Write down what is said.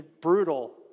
brutal